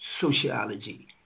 sociology